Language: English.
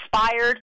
inspired